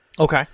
Okay